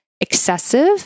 excessive